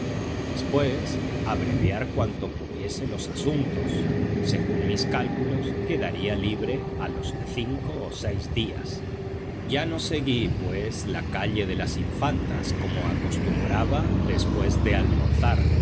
después abreviar cuanto pudiese los asuntos según mis cálculos quedaría libre a los cinco o seis días ya no seguí pues la calle de las infantas como acostumbraba después de almorzar